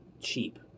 cheap